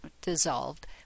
dissolved